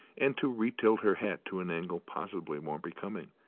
and to retilt her hat to an angle possibly more becoming,